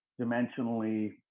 dimensionally